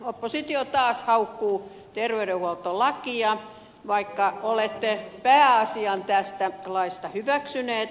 oppositio taas haukkuu terveydenhuoltolakia vaikka olette pääasian tästä laista hyväksyneet